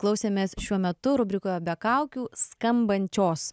klausėmės šiuo metu rubrikoje be kaukių skambančios